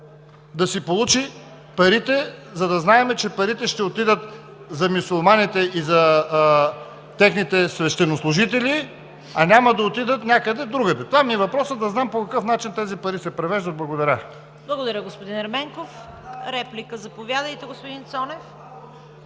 да си получи парите, за да знаем, че парите ще отидат за мюсюлманите и за техните свещенослужители, а няма да отидат някъде другаде? Това ми е въпросът, да знам по какъв начин тези пари се превеждат. Благодаря. ПРЕДСЕДАТЕЛ ЦВЕТА КАРАЯНЧЕВА: Благодаря, господин Ерменков. Реплика – заповядайте, господин Цонев.